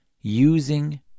using